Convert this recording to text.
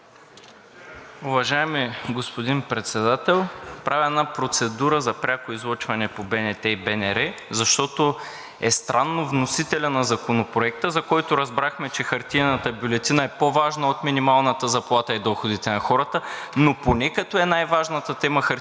Уважаеми господин Председател! Правя една процедура за пряко излъчване по БНТ и БНР, защото е странно вносителят на Законопроекта, за който разбрахме, че хартиената бюлетина е по-важна от минималната заплата и доходите на хората, но поне като е най-важна темата за хартиената бюлетина,